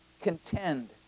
contend